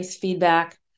feedback